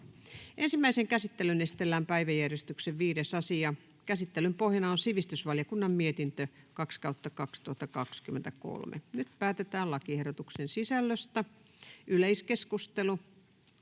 Ensimmäiseen käsittelyyn esitellään päiväjärjestyksen 4. asia. Käsittelyn pohjana on lakivaliokunnan mietintö LaVM 4/2023 vp. Nyt päätetään lakiehdotusten sisällöstä. — Keskustelua,